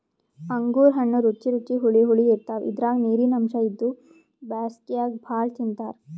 ಅಂಗೂರ್ ಹಣ್ಣ್ ರುಚಿ ರುಚಿ ಹುಳಿ ಹುಳಿ ಇರ್ತವ್ ಇದ್ರಾಗ್ ನೀರಿನ್ ಅಂಶ್ ಇದ್ದು ಬ್ಯಾಸ್ಗ್ಯಾಗ್ ಭಾಳ್ ತಿಂತಾರ್